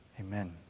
Amen